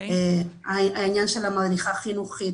העניין של המדריכה החינוכית,